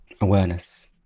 awareness